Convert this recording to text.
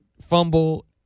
Fumble